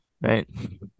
right